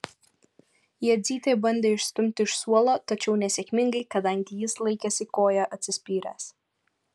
jadzytė bandė išstumti iš suolo tačiau nesėkmingai kadangi jis laikėsi koja atsispyręs